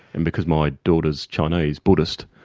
and because my daughter's chinese buddhist,